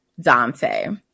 Dante